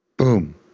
Boom